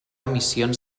emissions